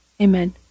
amen